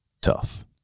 tough